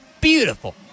Beautiful